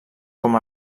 com